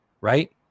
Right